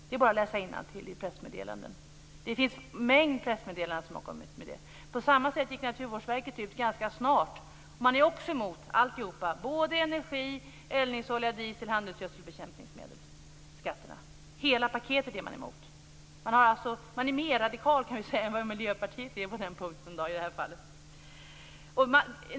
Det är bara att läsa innantill i pressmeddelanden; det har kommit en mängd pressmeddelanden om det. På samma sätt gick Naturvårdsverket ut ganska snart, och man är också emot alltihop, mot energi-, eldningsolje-, diesel-, handelsgödsel och bekämpningsmedelsskatterna. Hela paketet är man emot. Vi kan säga att man är mer radikal än vad Miljöpartiet är i det här fallet.